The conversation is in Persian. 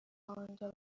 آنجا